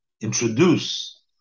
introduce